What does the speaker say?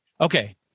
Okay